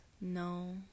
No